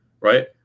right